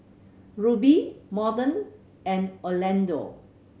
Rubie Morton and Orlando